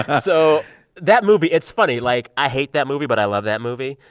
ah so that movie it's funny, like, i hate that movie, but i love that movie.